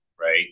right